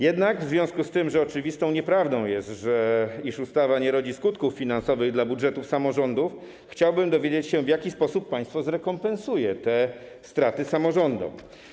Jednak w związku z tym, że oczywistą nieprawdą jest, iż ustawa nie rodzi skutków finansowych dla budżetów samorządów, chciałbym dowiedzieć się, w jaki sposób państwo zrekompensuje te straty samorządom.